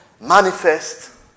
manifest